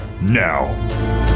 now